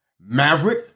Maverick